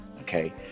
Okay